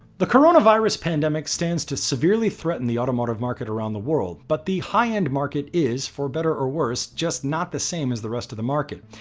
the coronavirus pandemic's stands to severely threaten the automotive market around the world. but the high end market is, for better or worse, just not the same as the rest of the market.